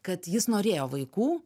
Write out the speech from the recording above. kad jis norėjo vaikų